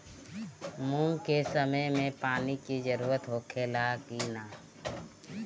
मूंग के समय मे पानी के जरूरत होखे ला कि ना?